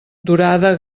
dorada